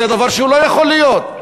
זה דבר שלא יכול להיות.